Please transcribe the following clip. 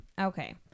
Okay